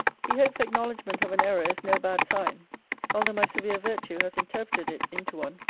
he hopes acknowledgement of an error is no bad sign although my severe virtue has interpreted it into one.